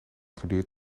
geduurd